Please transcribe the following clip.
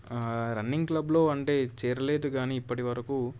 running క్లబ్లో అంటే చేరలేదు కానీ ఇప్పటి వరకూ